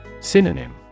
Synonym